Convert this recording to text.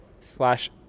slash